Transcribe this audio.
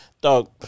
Dog